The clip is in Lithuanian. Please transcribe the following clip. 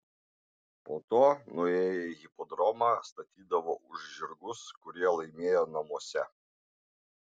po to nuėję į hipodromą statydavo už žirgus kurie laimėjo namuose